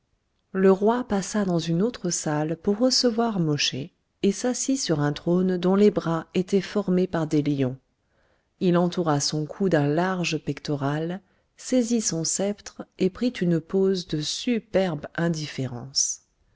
le roi passa dans une autre salle pour recevoir mosché et s'assit sur un trône dont les bras étaient formés par des lions il entoura son cou d'un large pectoral saisit son sceptre et prit une pose de superbe indifférence